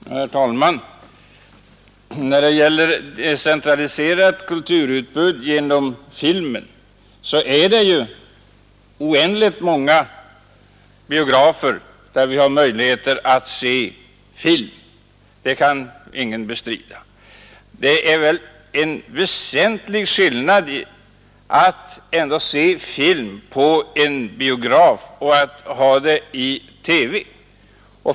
Herr talman! När det gäller möjligheterna till ett decentraliserat kulturutbud genom filmen vill väl ingen bestrida att det finns en oerhörd mängd av biografer, där man kan se film. Och det är väl en väsentlig skillnad mellan att se en film på en biograf och att se den på TV.